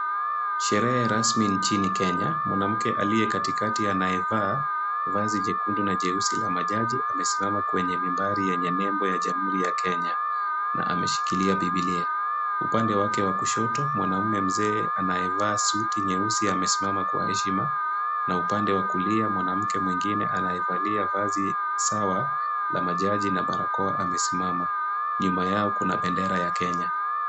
Sherehe rasmi nchini Kenya. Mwanamke aliye katikati anayevaa vazi jekundu na jeusi la majaji, amesimama kwenye mibari yenye nembo ya Jamhuri ya Kenya, na ameshikilia Bibilia. Upande wake wa kushoto, mwanaume mzee anayevaa suti nyeusi, amesimama kwa heshima, na upande wa kulia, mwanamke mwingine anayevalia vazi sawa la majaji na barakoa, amesimama. Nyuma yao kuna bendera ya Kenya.